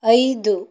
ಐದು